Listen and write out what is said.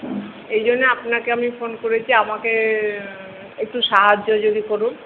এই জন্যে আপনাকে আমি ফোন করেছি আমাকে একটু সাহায্য যদি করুন